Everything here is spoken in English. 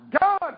God